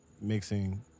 mixing